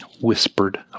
Whispered